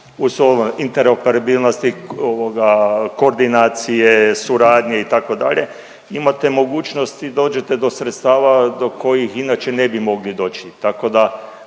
interoperabilnosti ovoga koordinacije, suradnje itd., imate mogućnost i dođete do sredstava do kojih inače ne bi mogli doći,